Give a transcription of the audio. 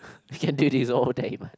you can do this all day man